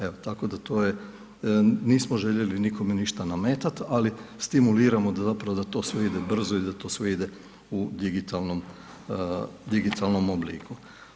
Evo tako da to je, nismo željeli nikome ništa nametat ali stimuliramo zapravo da to sve ide brzo i da to sve ide u digitalnom obliku.